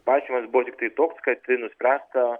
paaiškinimas buvo tiktai toks kad tai nuspręsta